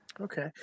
Okay